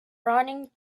running